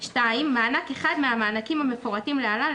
"...(2) מענק אחד מהמענקים המפורטים להלן,